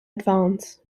advance